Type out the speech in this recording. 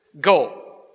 Go